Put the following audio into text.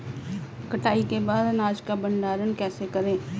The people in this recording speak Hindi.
कटाई के बाद अनाज का भंडारण कैसे करें?